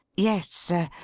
yes, sir.